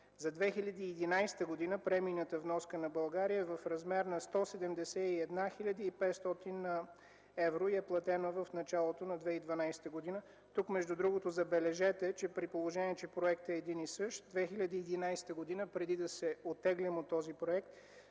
За 2011 г. премийната вноска на България е в размер на 171 500 евро и е платена в началото на 2012 г. Тук, забележете, при положение, че проектът е един и същ, 2012 г. – преди да се оттеглим от този проект,